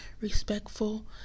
Respectful